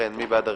מי בעד הרוויזיה?